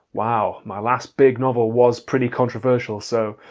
wow, my last big novel was pretty controversial so.